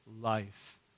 life